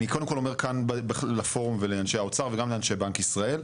אני קודם כל אומר כאן לפורום ולאנשי האוצר וגם לאנשי בנק ישראל,